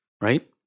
right